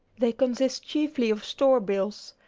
they consist chiefly of store bills.